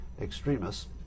extremists